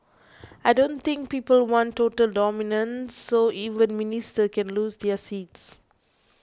I don't think people want total dominance so even ministers can lose their seats